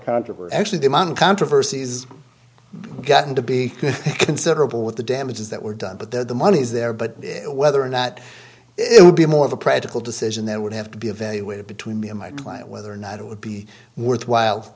controversy actually them on controversies gotten to be considerable with the damages that were done but the money is there but whether or not it would be more of a practical decision then would have to be evaluated between me and my client whether or not it would be worthwhile